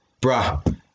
Bruh